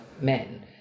men